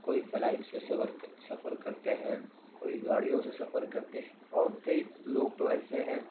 کوئی فلائٹ سے سفر سفر کرتے ہیں کوئی گاڑیوں سے سفر کرتے ہیں اور کئی لوگ تو ایسے ہیں